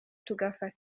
tugafata